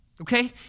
Okay